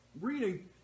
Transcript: reading